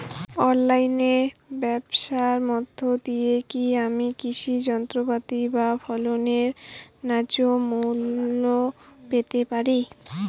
অনলাইনে ব্যাবসার মধ্য দিয়ে কী আমি কৃষি যন্ত্রপাতি বা ফসলের ন্যায্য মূল্য পেতে পারি?